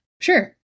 Sure